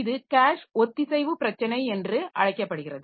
இது கேஷ் ஒத்திசைவு பிரச்சனை என்று அழைக்கப்படுகிறது